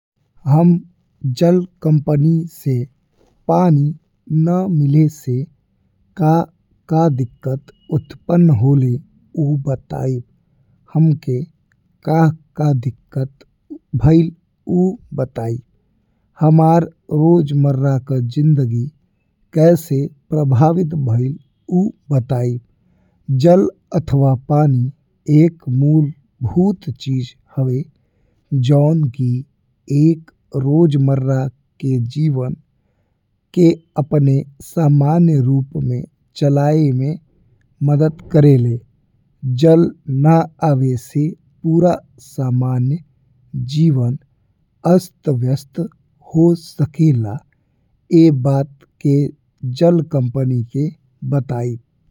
हम जल कंपनी से पानी ना मिले से का का दिक्कत उत्पन्न होले ऊ बताइब। हमके का दिक्कत भइल ऊ बताइब हमार रोजमर्रा का जिंदगी कैसे प्रभावित भइल ऊ बताइब। जल अथवा पानी एक मूल भूत चीज हवे जौन कि एक रोजमर्रा के जीवन के अपने सन्य रूप में चलाये में मदद करेले। जल ना आवे से पूरा सन्य जीवन अस्त व्यस्त हो सकेला ए बात के जल कंपनी के बताइब।